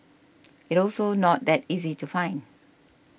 it also not that easy to find